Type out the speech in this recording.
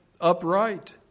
upright